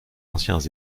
anciens